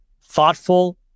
thoughtful